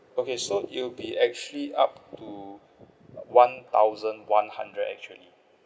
okay so it'll be actually up to one thousand one hundred actually